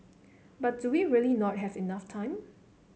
but do we really not have enough time